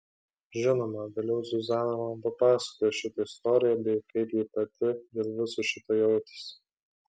žinoma vėliau zuzana man papasakojo šitą istoriją bei kaip ji pati dėl viso šito jautėsi